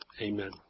Amen